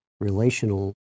relational